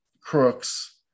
crooks